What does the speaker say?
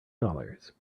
dollars